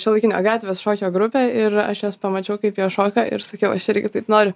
šiuolaikinio gatvės šokio grupė ir aš juos pamačiau kaip jos šoka ir sakiau aš irgi taip noriu